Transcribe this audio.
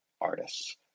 artists